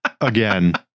Again